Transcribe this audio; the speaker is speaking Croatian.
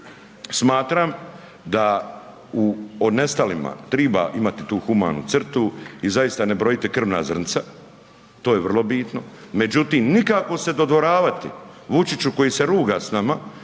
Smatram da o nestalima treba imati tu humanu crtu i zaista ne brojite krvna zrnca, to je vrlo bitno, međutim nikako se dodvoravati Vučiću koji se ruga s nama,